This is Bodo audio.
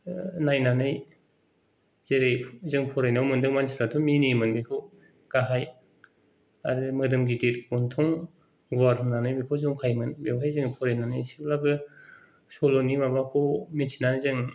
नायनानै जेरै जों फरायनायाव मोदों मानसिफ्राथ' मिनियोमोन बेखौ गाहाय आरो मोदोम गिदिर गन्थं गुवार होननानै बेखौ जंखायोमोन बेवहाय जों फरायनानै एसेब्लाबो सल'नि माबाखौ मिथिनानै जों